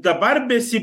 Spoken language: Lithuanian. dabar besi